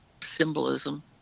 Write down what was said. symbolism